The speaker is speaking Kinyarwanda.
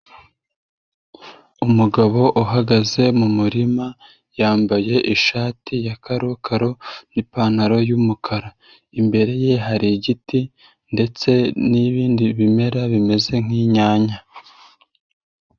Umugabo uhagaze mu umuma yambaye ishati ya karokaro n'ipantaro yumukara. Imbere ye hari igiti ndetse n'ibindi bimera bimeze nk'inyanya.